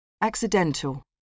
accidental